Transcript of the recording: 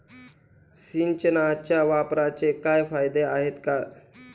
सिंचनाच्या वापराचे काही फायदे आहेत का?